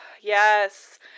yes